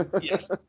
Yes